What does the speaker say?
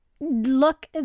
look